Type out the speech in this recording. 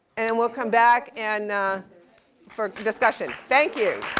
and we'll come back and for discussion. thank you.